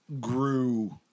grew